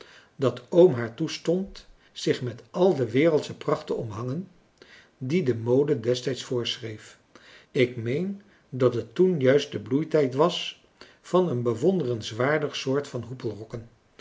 dat oom haar toestond zich met al de wereldsche pracht te omhangen die de mode destijds voorschreef ik meen dat het toen juist de bloeitijd was van een bewonderenswaardig soort van